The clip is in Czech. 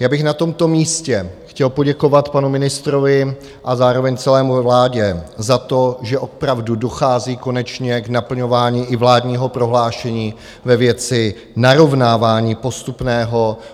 Já bych na tomto místě chtěl poděkovat panu ministrovi a zároveň celé vládě za to, že opravdu dochází konečně k naplňování i vládního prohlášení ve věci postupného narovnávání